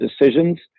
decisions